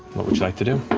what would you like to do?